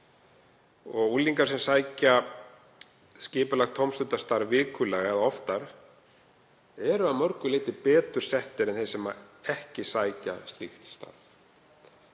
Unglingar sem sækja skipulagt tómstundastarf vikulega eða oftar eru að mörgu leyti betur settir en þeir sem ekki sækja slíkt starf.